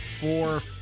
four